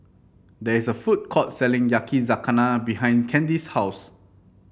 there is a food court selling Yakizakana behind Candy's house